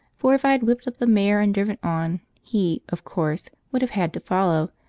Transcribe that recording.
for if i had whipped up the mare and driven on, he of course, would have had to follow,